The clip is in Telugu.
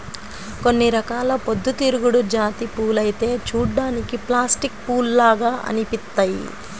కొన్ని రకాల పొద్దుతిరుగుడు జాతి పూలైతే చూడ్డానికి ప్లాస్టిక్ పూల్లాగా అనిపిత్తయ్యి